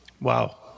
Wow